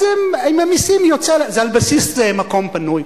אז עם המסים זה על בסיס מקום פנוי,